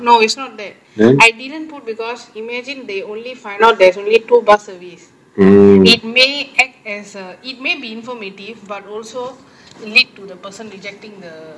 no it's not that I didn't put because imagine they only find there's only two bus service it may act as it may be informative but also lead to the person rejecting the